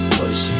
push